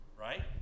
right